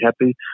happy